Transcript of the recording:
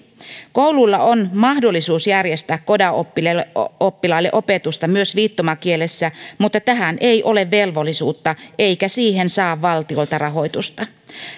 kouluilla on mahdollisuus järjestää coda oppilaille oppilaille opetusta myös viittomakielessä mutta tähän ei ole velvollisuutta eikä siihen saa valtiolta rahoitusta